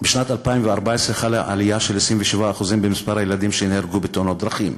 בשנת 2014 חלה עלייה של 27% במספר הילדים שנהרגו בתאונות דרכים.